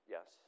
Yes